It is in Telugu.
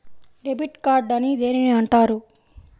డెబిట్ కార్డు అని దేనిని అంటారు?